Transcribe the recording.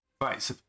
Right